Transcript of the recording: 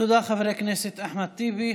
תודה, חבר הכנסת אחמד טיבי.